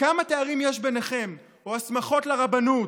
כמה תארים יש ביניכם, או הסמכות לרבנות,